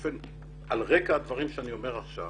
על רקע הדברים שאני אומר עכשיו